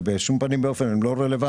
בשום פנים ואופן הם לא רלוונטיים.